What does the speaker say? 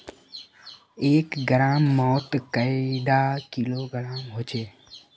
एक ग्राम मौत कैडा किलोग्राम होचे?